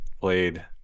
played